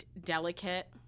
delicate